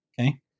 okay